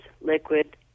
liquid